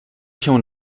się